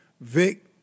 Vic